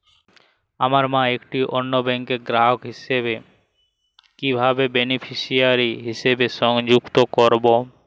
আমার মা একটি অন্য ব্যাংকের গ্রাহক হিসেবে কীভাবে বেনিফিসিয়ারি হিসেবে সংযুক্ত করব?